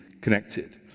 connected